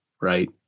Right